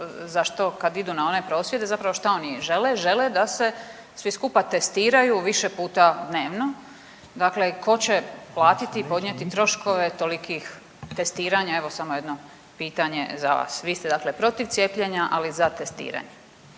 za što kad idu na one prosvjede zapravo šta oni žele, žele da se svi skupa testiraju više puta dnevno. Dakle ko će platiti i podnijeti troškove tolikih testiranja evo samo jedno pitanje za vas, vi ste dakle protiv cijepljenja, ali za testiranje.